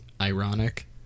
ironic